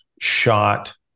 shot